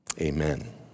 amen